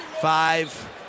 Five